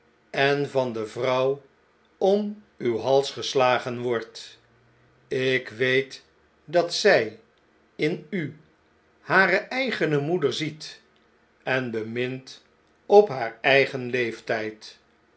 en van de vrouw om uw hals geslagen wordt ik weet dat zn in u hare eigene moeder ziet en bemint op haar eigen leeftjjd